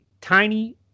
tiny